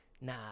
nah